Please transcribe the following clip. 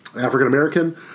African-American